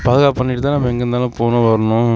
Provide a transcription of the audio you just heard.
பாதுகாப்பு பண்ணிட்டுதான் நம்ம எங்கேருந்தாலும் போகணும் வரணும்